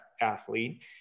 athlete